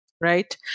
right